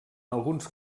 alguns